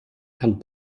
kann